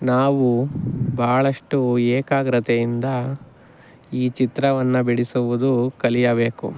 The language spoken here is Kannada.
ನಾವು ಬಹಳಷ್ಟು ಏಕಾಗ್ರತೆಯಿಂದ ಈ ಚಿತ್ರವನ್ನು ಬಿಡಿಸುವುದು ಕಲಿಯಬೇಕು